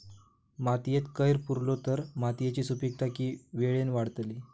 मातयेत कैर पुरलो तर मातयेची सुपीकता की वेळेन वाडतली?